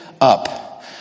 up